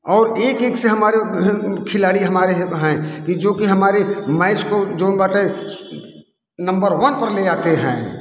और एक एक से हमारे खिलाड़ी हमारे हैं कि जो कि हमारे मैच को जौन बाटे नंबर वन पर ले आते हैं